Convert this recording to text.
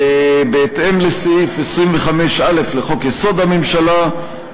בהתאם לסעיף 25(א) לחוק-יסוד: הממשלה,